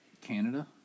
Canada